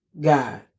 God